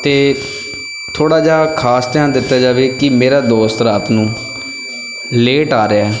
ਅਤੇ ਥੋੜ੍ਹਾ ਜਿਹਾ ਖ਼ਾਸ ਧਿਆਨ ਦਿੱਤਾ ਜਾਵੇ ਕਿ ਮੇਰਾ ਦੋਸਤ ਰਾਤ ਨੂੰ ਲੇਟ ਆ ਰਿਹਾ